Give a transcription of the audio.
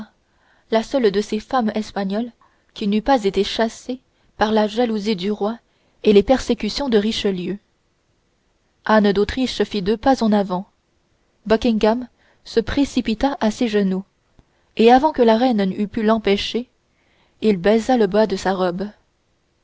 la seule de ses femmes espagnoles qui n'eût pas été chassée par la jalousie du roi et par les persécutions de richelieu anne d'autriche fit deux pas en avant buckingham se précipita à ses genoux et avant que la reine eût pu l'en empêcher il baisa le bas de sa robe